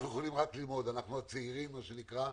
אנחנו הצעירים וכיום